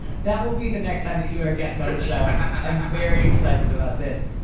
that will be the next time that you are a guest on our show. i'm very excited about this.